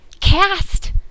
cast